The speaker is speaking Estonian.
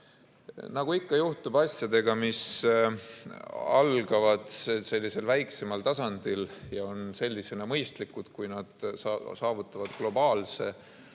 Nagu ikka juhtub asjadega, mis algavad väikesel tasandil ja on sellisena mõistlikud – kui nad saavutavad globaalse,